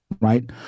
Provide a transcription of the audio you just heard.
right